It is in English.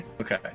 okay